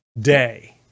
day